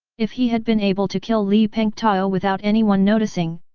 if he had been able to kill li pengtao without anyone noticing,